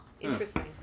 Interesting